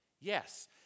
Yes